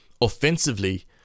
offensively